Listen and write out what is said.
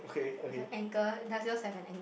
with a anchor does yours have an anc~